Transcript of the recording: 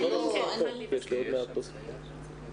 כי הנושא באמת מאוד חשוב ומאוד